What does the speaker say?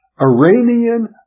Iranian